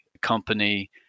company